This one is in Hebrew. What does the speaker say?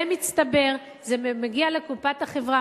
זה מצטבר, זה מגיע לקופת החברה.